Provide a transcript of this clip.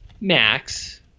max